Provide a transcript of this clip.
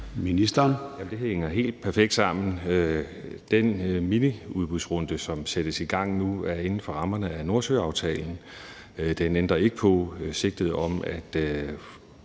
det hænger helt perfekt sammen. Den miniudbudsrunde, som sættes i gang nu, er inden for rammerne af Nordsøaftalen. Den ændrer ikke på sigtet om, at